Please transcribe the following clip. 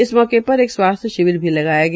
इस मौके पर एक स्वास्थ्य शिविर भी लगाया गया